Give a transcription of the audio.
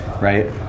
right